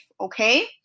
okay